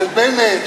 של בנט?